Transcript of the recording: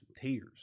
tears